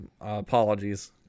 Apologies